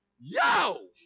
yo